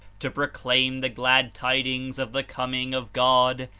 to proclaim the glad-tidings of the coming of god,